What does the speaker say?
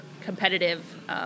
competitive